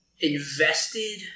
invested